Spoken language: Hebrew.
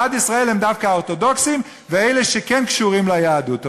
בעד ישראל הם דווקא האורתודוקסים ואלה שכן קשורים ליהדות.